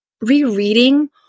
Rereading